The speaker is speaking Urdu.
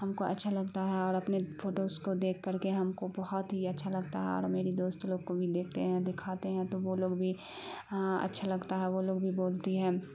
ہم کو اچھا لگتا ہے اور اپنے پھوٹوز کو دیکھ کر کے ہم کو بہت ہی اچھا لگتا ہے اور میری دوست لوگ کو بھی دیکھتے ہیں دکھاتے ہیں تو وہ لوگ بھی ہاں اچھا لگتا ہے وہ لوگ بھی بولتی ہیں